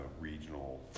regional